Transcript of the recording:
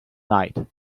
night